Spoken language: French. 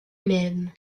même